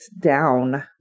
down